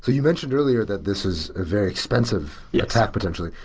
ah you mentioned earlier that this is a very expensive yeah attack, potentially.